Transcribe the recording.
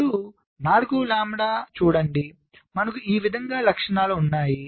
ఇప్పుడు 4 వ లాంబ్డా చూడండి మనకు ఈ విధముగా లక్షణాలు ఉన్నాయి